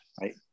right